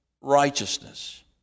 righteousness